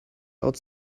out